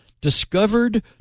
discovered